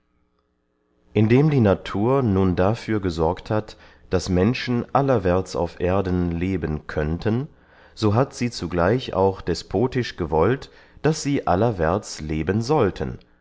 indem die natur nun dafür gesorgt hat daß menschen allerwärts auf erden leben könnten so hat sie zugleich auch despotisch gewollt daß sie allerwärts leben sollten